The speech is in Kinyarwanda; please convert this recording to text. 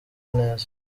neza